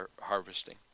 harvesting